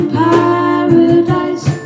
paradise